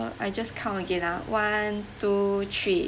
I just count again ah one two three